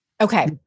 Okay